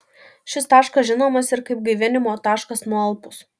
šis taškas žinomas ir kaip gaivinimo taškas nualpus